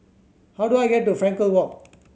how do I get to Frankel Walk